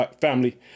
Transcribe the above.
family